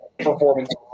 Performance